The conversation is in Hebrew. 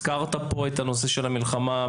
הזכרת פה את הנושא של המלחמה.